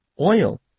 oil